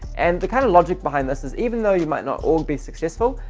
and the kind of logic behind this is even though you might not all be successful,